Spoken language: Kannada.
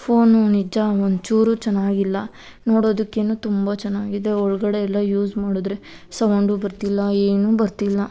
ಫೋನು ನಿಜ ಒಂಚೂರು ಚೆನ್ನಾಗಿಲ್ಲ ನೋಡೋದಕ್ಕೇನೋ ತುಂಬ ಚೆನ್ನಾಗಿದೆ ಒಳಗಡೆ ಎಲ್ಲ ಯೂಸ್ ಮಾಡಿದ್ರೆ ಸೌಂಡು ಬರ್ತಿಲ್ಲ ಏನು ಬರ್ತಿಲ್ಲ